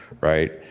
right